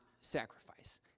sacrifice